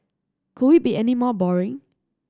could we be any more boring